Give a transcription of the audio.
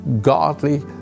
godly